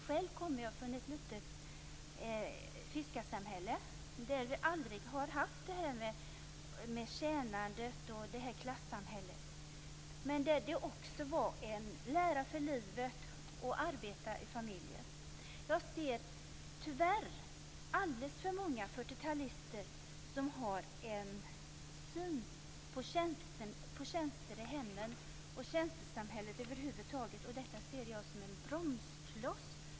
Själv kommer jag från ett litet fiskarsamhälle där vi aldrig har haft det här med tjänandet och klassamhället. Däremot handlade det om att lära för livet och att arbeta i familjer. Jag ser tyvärr alldeles för många fyrtiotalister med denna syn på tjänster i hemmen och tjänstesamhället över huvud taget.